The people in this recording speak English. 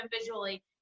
visually